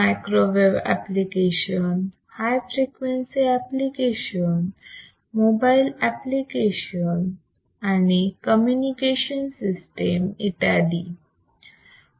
microwave applications high frequency applications mobile आणि communication system इत्यादी